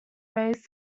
raised